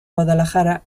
guadalajara